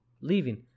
Leaving